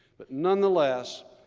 but nonetheless,